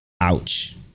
ouch